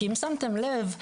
כי אם שמתם לב,